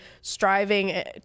striving